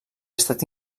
estat